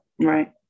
right